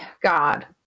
God